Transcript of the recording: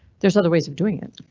there's other ways of doing it,